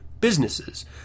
businesses